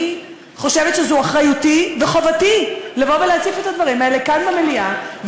אני חושבת שזו אחריותי וחובתי לבוא ולהציף את הדברים האלה כאן במליאה,